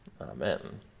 Amen